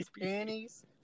panties